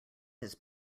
his